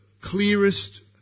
clearest